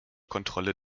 kontrolle